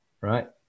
right